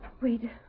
Wait